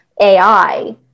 AI